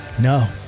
no